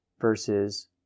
versus